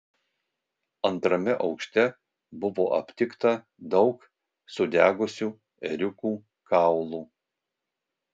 antrame aukšte buvo aptikta daug sudegusių ėriukų kaulų